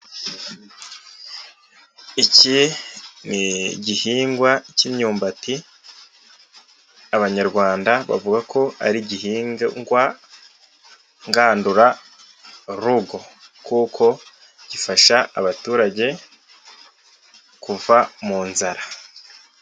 Iki ni igihingwa k'imyumbati Abanyarwanda bavuga ko ari igihingwa ngandurarugo kuko gifasha abaturage kuva mu nzara.